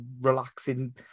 relaxing